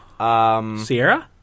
Sierra